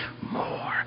More